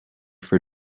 for